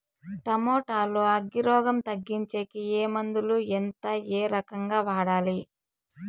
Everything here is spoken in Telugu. టమోటా లో అగ్గి రోగం తగ్గించేకి ఏ మందులు? ఎంత? ఏ రకంగా వాడాలి?